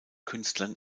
künstlern